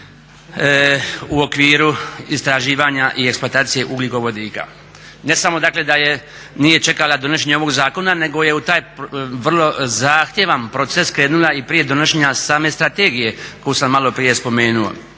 u okviru istraživanja i eksploatacije ugljikovodika. Ne samo, dakle da nije čekala donošenje ovog zakona, nego je u taj vrlo zahtjevan proces krenula i prije donošenja same strategije koju sam malo prije spomenuo.